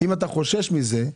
אם אתה חושש מזה,